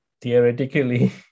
theoretically